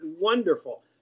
wonderful